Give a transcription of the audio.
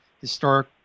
historic